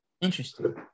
Interesting